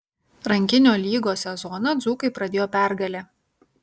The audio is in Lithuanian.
rankinio lygos sezoną dzūkai pradėjo pergale